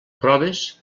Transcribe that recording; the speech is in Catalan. proves